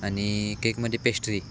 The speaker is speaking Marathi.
आणि केकमध्ये पेस्ट्री